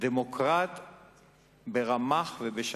דמוקרט ברמ"ח ובשס"ה.